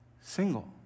single